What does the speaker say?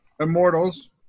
immortals